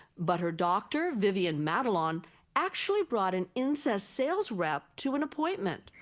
but her doctor vivienne matalon actually brought an insys sales rep to an appointment.